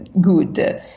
good